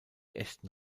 echten